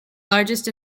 largest